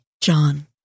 John